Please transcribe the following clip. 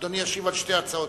זו הצעה